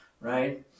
right